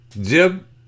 Jim